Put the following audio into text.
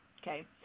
okay